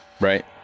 Right